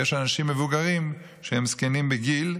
ויש אנשים מבוגרים שהם זקנים בגיל,